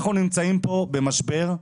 אנחנו נמצאים במשבר.